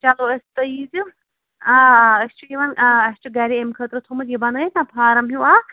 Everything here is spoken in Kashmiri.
چلو أسۍ تُہۍ ییٖزیٚو آ آ أسۍ چھِ یِوان آ اسہِ چھُ گرے اَمہِ خٲطرٕ تھوٚومُت یہِ بَنٲوِتھ نا یہِ فارَم ہیٛوٗ اکھ